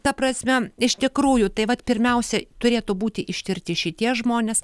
ta prasme iš tikrųjų tai vat pirmiausia turėtų būti ištirti šitie žmonės